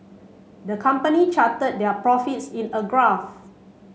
the company charted their profits in a graph